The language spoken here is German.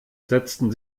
setzten